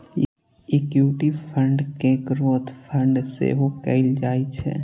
equity fund कें growth fund सेहो कहल जाइ छै